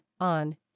on